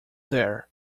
there